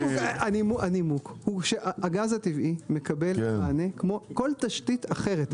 הנימוק הוא שהגז הטבעי מקבל מענה כמו כל תשתית אחרת.